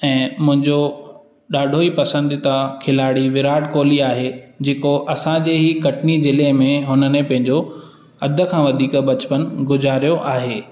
ऐं मुंहिंजो ॾाढो ई पसंदीदा खिलाड़ी विराट कोहली आहे जेको असांजे ई कटनी जिले में उन्हनि पंहिंजो अधु खां वधीक बचपन गुज़ारियो आहे